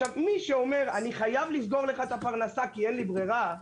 מי שאומר: אני חייב לסגור לך את הפרנסה כי אין לי ברירה,